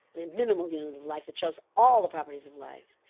the minimal unit of life that shows all the properties of life.